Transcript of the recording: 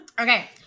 Okay